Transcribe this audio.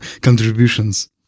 contributions